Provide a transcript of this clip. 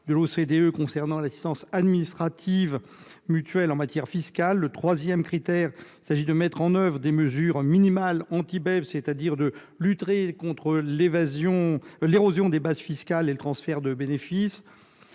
ce qui concerne l'assistance administrative mutuelle en matière fiscale. Le troisième critère est la mise en oeuvre des mesures minimales anti-BEPS, afin de lutter contre l'érosion des bases fiscales et le transfert de bénéfices.